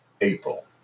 April